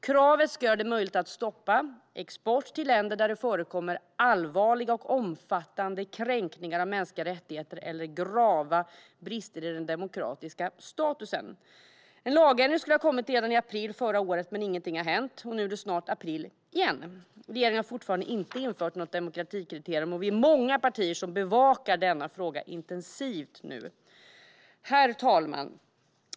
Kravet ska göra det möjligt att stoppa export till länder där det förekommer allvarliga och omfattande kränkningar av mänskliga rättigheter eller grava brister i den demokratiska statusen. En lagändring skulle ha kommit redan i april förra året, men ingenting har hänt. Nu är det snart april igen, och regeringen har fortfarande inte infört något demokratikriterium. Vi är många partier som bevakar denna fråga intensivt nu. Herr talman!